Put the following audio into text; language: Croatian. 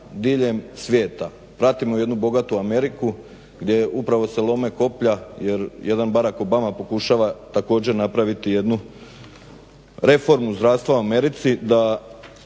diljem svijeta. Pratimo jednu bogatu Ameriku gdje je upravo se lome koplja jer jedan Barak Obama pokušava također napraviti jednu reformu zdravstva u Americi da